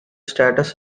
status